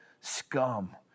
scum